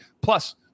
plus